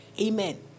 Amen